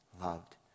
loved